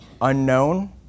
unknown